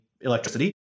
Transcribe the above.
electricity